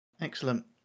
excellent